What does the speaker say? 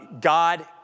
God